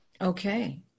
Okay